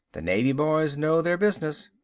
the navy boys know their business.